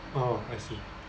oh I see